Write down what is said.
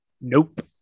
Nope